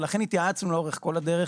ולכן התייעצנו לאורך כל הדרך